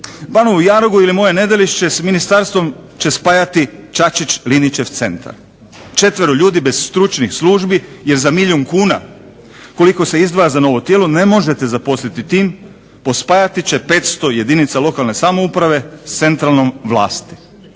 Banovu Jarugu ili moje Nedelišće s ministarstvom će spajati Čačić Linićev centar. Četvero ljudi bez stručnih službi je za milijun kuna koliko se izdvaja za novo tijelo ne možete zaposliti tim, pospajati će 500 jedinica lokalne samouprave s centralnom vlasti.